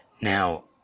Now